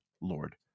Lord